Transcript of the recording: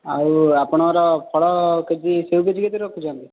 ଆଉ ଆପଣଙ୍କର ଫଳ କେଜି ସେଉ କେଜି କେତେ ରଖୁଛନ୍ତି